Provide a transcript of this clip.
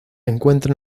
encuentra